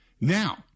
Now